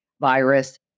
virus